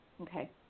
Okay